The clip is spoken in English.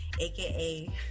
aka